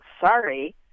sorry